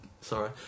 Sorry